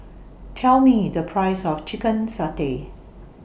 Tell Me The Price of Chicken Satay